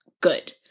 good